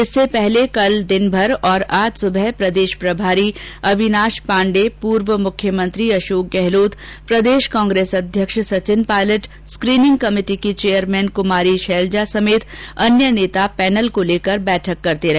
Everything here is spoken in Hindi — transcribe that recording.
इससे पहले कल दिनभर और आज सुबह प्रदेश प्रभारी अविनाश पांडे पूर्व मुख्यमंत्री अषोक गहलोत प्रदेश कांग्रेस अध्यक्ष सचिन पायलट स्क्रीनिंग कमेटी की चेयरमैन कुमारी शेलजा समेत अन्य नेता पैनल को लेकर बैठक करते रहे